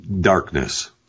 darkness